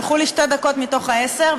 הלכו לי שתי דקות מתוך העשר,